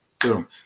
boom